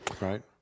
right